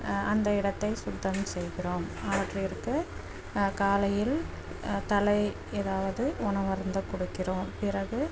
அந்த இடத்தை சுத்தம் செய்கிறோம் அவற்றிற்கு காலையில் தழை எதாவது உணவு அருந்த கொடுக்கிறோம் பிறகு